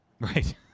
Right